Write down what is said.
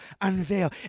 unveil